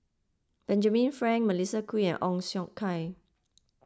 Benjamin Frank Melissa Kwee and Ong Siong Kai